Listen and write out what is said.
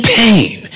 pain